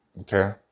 Okay